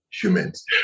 humans